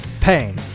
Pain